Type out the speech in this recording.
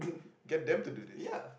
get them to do this